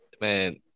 man